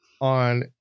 On